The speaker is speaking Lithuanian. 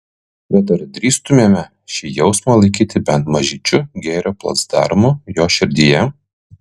bet ar drįstumėme šį jausmą laikyti bent mažyčiu gėrio placdarmu jo širdyje